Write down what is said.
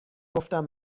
گفتم